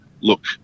look